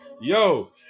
Yo